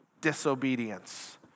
disobedience